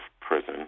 prison